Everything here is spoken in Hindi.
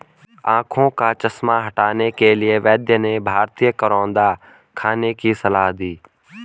आंखों का चश्मा हटाने के लिए वैद्य ने भारतीय करौंदा खाने की सलाह दी